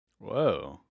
Whoa